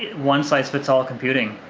one-size-fits-all computing,